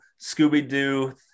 Scooby-Doo